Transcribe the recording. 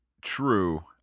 True